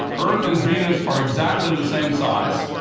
earth and venus are exactly the same size.